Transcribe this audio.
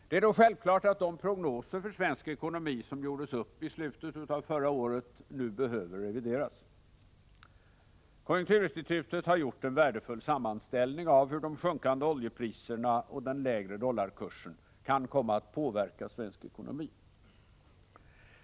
Det är då självklart att de prognoser för svensk ekonomi som gjordes upp i slutet av förra året nu behöver revideras. Konjunkturinstitutet har gjort en värdefull sammanställning av hur de sjunkande oljepriserna och den lägre dollarkursen kan komma att påverka svensk ekonomi.